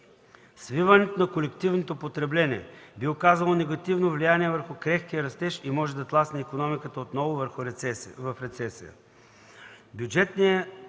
Свиването на колективното потребление би оказало негативно влияние върху крехкия растеж и може да тласне икономиката отново в рецесия.